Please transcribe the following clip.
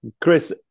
Chris